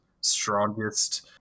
strongest